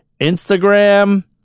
Instagram